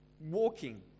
walking